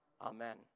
Amen